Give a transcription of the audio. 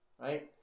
right